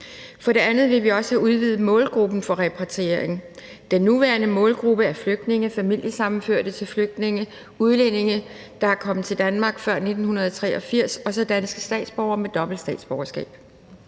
For det andet vil vi også have udvidet målgruppen for repatriering. Den nuværende målgruppe er flygtninge, familiesammenførte til flygtninge, udlændinge, der er kommet til Danmark før 1983, og danske statsborgere med dobbelt statsborgerskab.